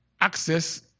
access